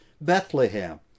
Bethlehem